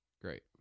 Great